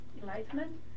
enlightenment